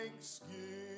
Thanksgiving